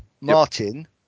Martin